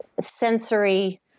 sensory